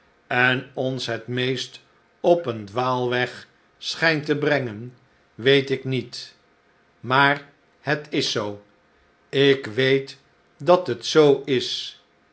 en ons het meest op een dwaalweg schijnt te brengen weet ik niet maar het is zoo ik weet dat het zoo is